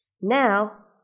Now